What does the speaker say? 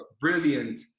brilliant